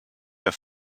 der